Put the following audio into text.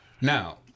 now